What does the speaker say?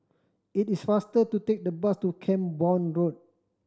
it is faster to take the bus to Camborne Road